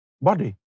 body